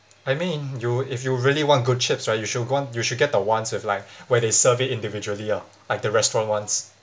I mean you if you really want good chips right you should gone you should get the ones with like where they serve it individually ah like the restaurant ones